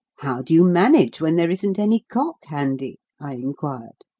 how do you manage when there isn't any cock handy? i inquired.